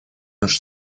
наши